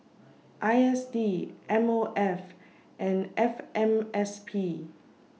I S D M O F and F M S P